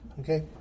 Okay